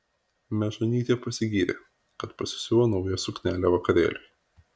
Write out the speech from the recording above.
mežonytė pasigyrė kad pasisiuvo naują suknelę vakarėliui